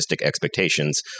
expectations